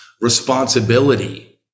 responsibility